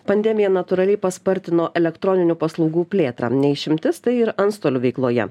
pandemija natūraliai paspartino elektroninių paslaugų plėtrą ne išimtis tai ir antstolių veikloje